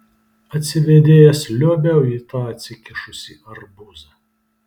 atsivėdėjęs liuobiau į tą atsikišusį arbūzą